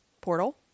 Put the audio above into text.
Portal